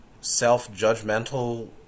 self-judgmental